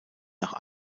nach